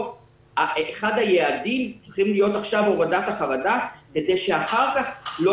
אחד היעדים צריך להיות עכשיו הורדת החרדה כדי שאחר כך לא